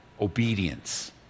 Obedience